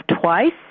twice